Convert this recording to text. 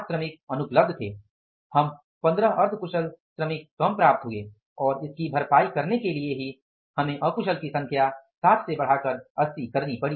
हम 15 अर्ध कुशल श्रमिक कम प्राप्त हुए और इसकी भरपाई करने के लिए हमें अकुशल की संख्या 60 से बढ़ाकर 80 करनी पड़ी